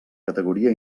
categoria